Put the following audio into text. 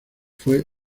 fue